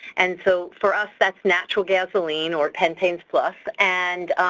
and so for us that's natural gasoline or pentanes plus, and